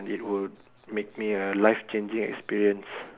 it would make me a life changing experience